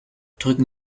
drücken